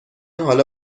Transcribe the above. حالا